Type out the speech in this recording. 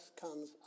comes